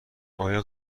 آیا